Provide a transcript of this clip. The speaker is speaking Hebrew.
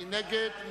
מי נגד?